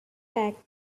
back